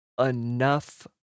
enough